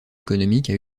économique